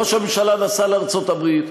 ראש הממשלה נסע לארצות-הברית,